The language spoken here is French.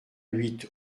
huit